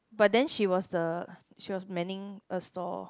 but then she was the she was manning a stall